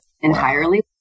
entirely